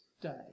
Day